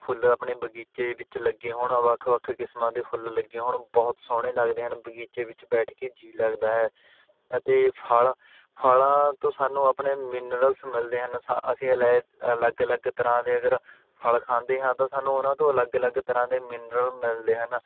ਫੁੱਲ ਆਪਣੇ ਬਗੀਚੇ ਵਿੱਚ ਲੱਗੇ ਹੋਣ ਵੱਖ ਵੱਖ ਕਿਸਮਾਂ ਦੇ ਫੁੱਲ ਲੱਗੇ ਹੋਣ ਬਹੁਤ ਸੋਹਣੇ ਲੱਗਦੇ ਹਨ ਬਗੀਚੇ ਵਿੱਚ ਬੈਠ ਕੇ ਜੀਅ ਲੱਗਦਾ ਹੈ ਅਤੇ ਫਲ਼ ਫਲ਼ਾਂ ਤੋਂ ਸਾਨੂੰ ਆਪਣੇ ਮਿਨਰਲਸ ਮਿਲਦੇ ਹਨ ਸ ਅਸੀਂ ਅਲੇ ਅਲੱਗ ਅਲੱਗ ਤਰ੍ਹਾਂ ਦੇ ਅਗਰ ਫਲ਼ ਖਾਂਦੇ ਹਾਂ ਤਾਂ ਸਾਨੂੰ ਉਹਨਾਂ ਤੋਂ ਅਲੱਗ ਅਲੱਗ ਤਰ੍ਹਾਂ ਦੇ ਮਿਨਰਲ ਮਿਲਦੇ ਹਨ